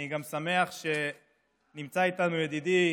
אני גם שמח שנמצא איתנו ידידי